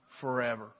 forever